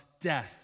death